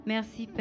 Merci